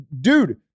dude